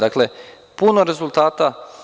Dakle, puno rezultat.